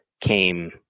came